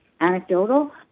anecdotal